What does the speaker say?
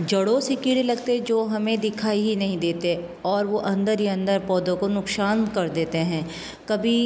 जड़ों से कीड़े लगते हैं जो हमें दिखाई ही नहीं देते और वो अंदर ही अंदर पौधों को नुकसान कर देते हैं कभी